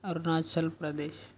Arunachal Pradesh